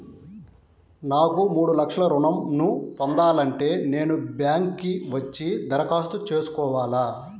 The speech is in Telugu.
నాకు మూడు లక్షలు ఋణం ను పొందాలంటే నేను బ్యాంక్కి వచ్చి దరఖాస్తు చేసుకోవాలా?